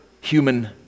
human